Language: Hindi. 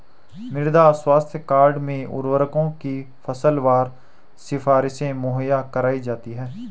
मृदा स्वास्थ्य कार्ड में उर्वरकों की फसलवार सिफारिशें मुहैया कराई जाती है